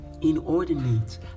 inordinate